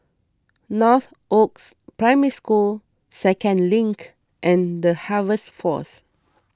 Northoaks Primary School Second Link and the Harvest force